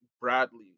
Bradley